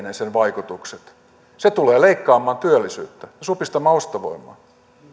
niin sen vaikutukset ovat kielteiset se tulee leikkaamaan työllisyyttä ja supistamaan ostovoimaa